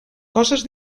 coses